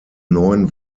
neun